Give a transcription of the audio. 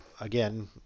again